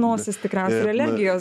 nosis tikriausiai ir alergijos